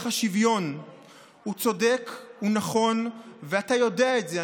ערך השוויון הוא צודק, הוא נכון, ואתה יודע את זה.